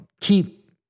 keep